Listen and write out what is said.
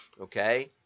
okay